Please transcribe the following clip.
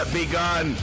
begun